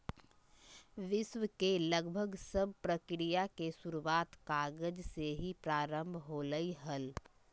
विश्व के लगभग सब प्रक्रिया के शुरूआत कागज से ही प्रारम्भ होलय हल